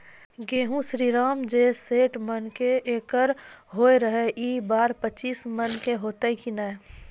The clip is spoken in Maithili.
गेहूँ श्रीराम जे सैठ मन के एकरऽ होय रहे ई बार पचीस मन के होते कि नेय?